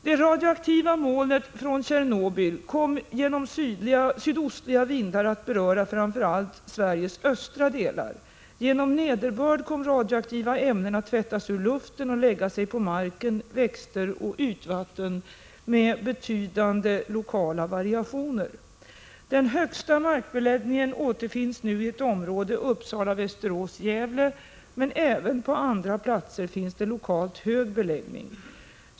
Det radioaktiva molnet från Tjernobyl kom genom sydostliga vindar att beröra framför allt Sveriges östra delar. Genom nederbörd kom radioaktiva ämnen att tvättas ur luften och lägga sig på marken, växter och ytvatten, med betydande lokala variationer. Den högsta markbeläggningen återfinns nu i området Uppsala-Västerås-Gävle, men även på andra platser är det lokalt hög beläggning.